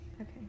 okay